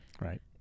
Right